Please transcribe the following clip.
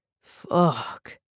Fuck